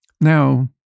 Now